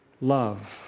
love